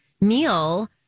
meal